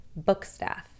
bookstaff